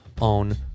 own